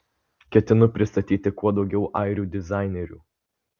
ketinu pristatyti kuo daugiau airių dizainerių